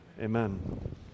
Amen